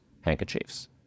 handkerchiefs